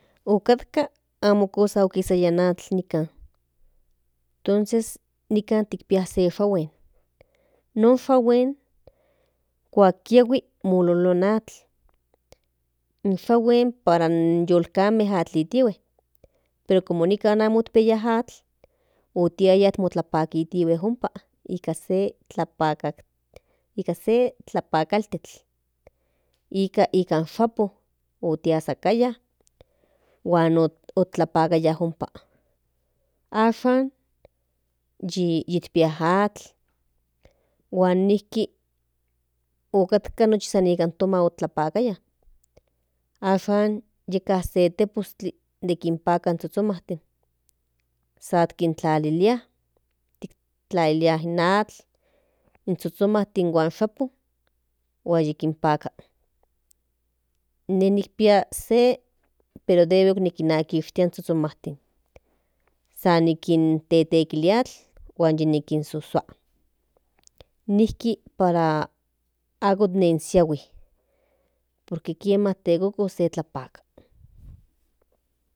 Otkatka amo kosa okisaia in atl nikan tonces nikan kinpia se shahuen kuak kiahui mololua in atl in shahuen para in yolkamen atliatihuen pero como nikan amo kinpiaya atl otiaya tlapakatihuen ompa nika tlapakas nika se tlapakaltis nikan shapon otiasakaya in atl huan ompa tlapakaya ashan yikpi atl huan njiki san nipan toma otlapakaya ashan yikinpia se tepostli de tlapaka in zhozhomantin san kintlalilia tlalilia atl in zhozhomantin huan shapon huan yikinpaka in ne nikpia se pero debe okiniatekia in zhozhomantin san nikintekilia atl huan nikinsosua nijki para ko nensiahui por que kienma tekuko se tlapaka.